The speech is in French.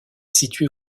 située